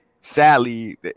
sadly